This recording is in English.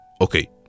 okay